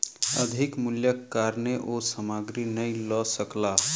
अधिक मूल्यक कारणेँ ओ सामग्री नै लअ सकला